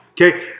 okay